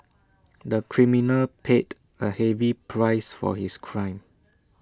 the criminal paid A heavy price for his crime